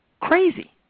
crazy